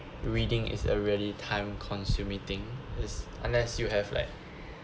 reading is a really time consuming thing is unless you have like